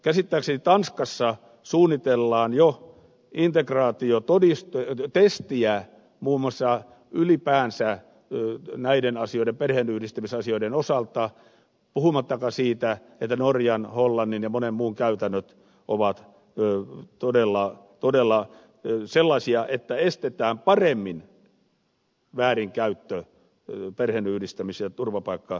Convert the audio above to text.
käsittääkseni tanskassa suunnitellaan jo integraatiotestiä muun muassa ylipäänsä näiden perheenyhdistämisasioiden osalta puhumattakaan siitä että norjan hollannin ja monen muun maan käytännöt ovat todella sellaisia että estetään paremmin väärinkäyttö perheenyhdistämis ja turvapaikkajärjestelmässä